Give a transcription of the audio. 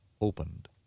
opened